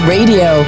Radio